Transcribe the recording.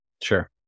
Sure